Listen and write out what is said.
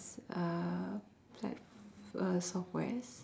uh plat~ uh softwares